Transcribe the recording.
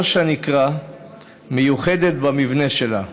ראש הנקרה מיוחדת במבנה שלה,